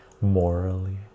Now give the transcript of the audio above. morally